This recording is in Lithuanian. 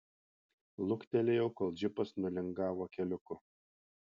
luktelėjau kol džipas nulingavo keliuku